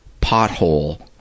pothole